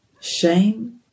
shame